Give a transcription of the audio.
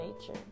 nature